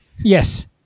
Yes